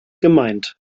gemeint